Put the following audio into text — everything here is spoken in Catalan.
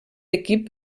equip